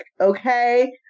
okay